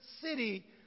city